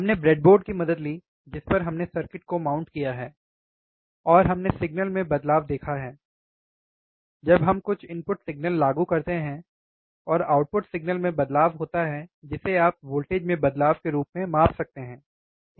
हमने ब्रेडबोर्ड की मदद ली जिस पर हमने सर्किट को माउंट किया है और हमने सिग्नल में बदलाव देखा है जब हम कुछ इनपुट सिग्नल लागू करते हैं और आउटपुट सिग्नल में बदलाव होता है जिसे आप वोल्टेज में बदलाव के रूप में माप सकते हैं सही